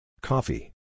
Coffee